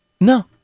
No